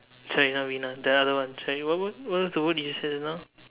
sorry not winner the other one sorry what what was the word you said just now